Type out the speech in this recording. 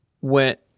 went